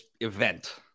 event